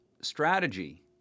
strategy